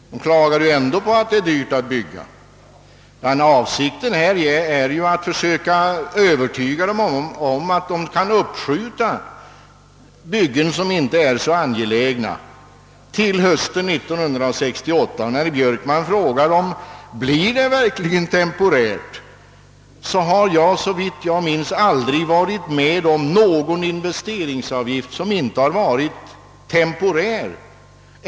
Det klagas ju ändå på att det är så dyrt att bygga. Avsikten är att försöka övertyga dem som vill bygga att de till hösten 1968 kan uppskjuta byggen som inte är så angelägna. När herr Björkman frågar om avgiften verkligen blir temporär, vill jag säga att jag — såvitt jag minns — aldrig har varit med om någon investeringsavgift som inte varit temporär.